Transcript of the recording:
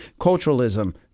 culturalism